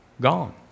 Gone